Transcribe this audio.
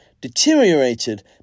deteriorated